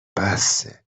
بسه